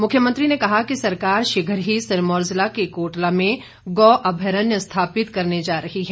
मुख्यमंत्री ने कहा कि सरकार शीघ्र ही सिरमौर ज़िला के कोटला में गौ अभ्यरण्य स्थापित करने जा रही है